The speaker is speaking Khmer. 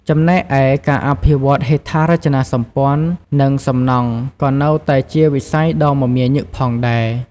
ចំណែកឯ ការអភិវឌ្ឍន៍ហេដ្ឋារចនាសម្ព័ន្ធ និងសំណង់ ក៏នៅតែជាវិស័យដ៏មមាញឹកផងដែរ។